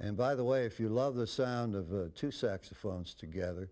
and by the way if you love the sound of two sex the phones together